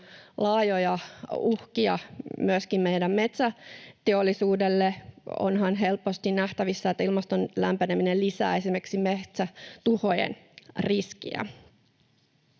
laajoja uhkia myöskin meidän metsäteollisuudelle. Onhan helposti nähtävissä, että ilmaston lämpeneminen lisää esimerkiksi metsätuhojen riskiä.